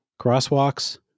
crosswalks